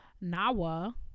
Nawa